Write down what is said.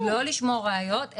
לא לשמור ראיות,